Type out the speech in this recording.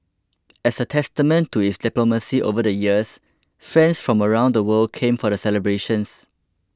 as a testament to its diplomacy over the years friends from around the world came for the celebrations